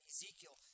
Ezekiel